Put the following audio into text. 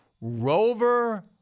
Rover